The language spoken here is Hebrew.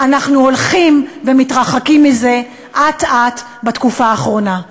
אנחנו הולכים ומתרחקים ממנו אט-אט בתקופה האחרונה.